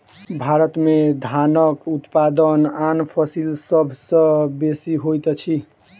भारत में धानक उत्पादन आन फसिल सभ सॅ बेसी होइत अछि